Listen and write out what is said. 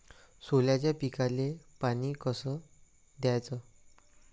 सोल्याच्या पिकाले पानी कस द्याचं?